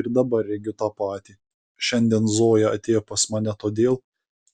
ir dabar regiu tą patį šiandien zoja atėjo pas mane todėl